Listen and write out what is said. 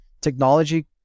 Technology